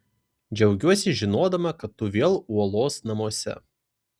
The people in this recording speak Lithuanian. džiaugiuosi žinodama kad tu vėl uolos namuose